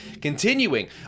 continuing